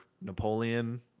Napoleon